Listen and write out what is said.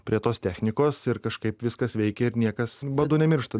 prie tos technikos ir kažkaip viskas veikia ir niekas badu nemiršta